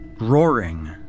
Roaring